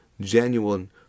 genuine